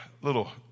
little